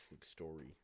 story